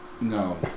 No